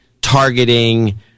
targeting